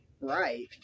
Right